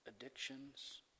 addictions